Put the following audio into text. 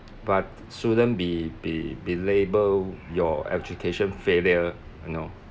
but shouldn't be be be labeled your education failure you know